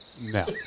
No